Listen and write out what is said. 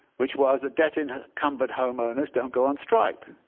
which was that debt encumbered homeowners don't go on strike.